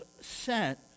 sent